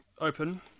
Open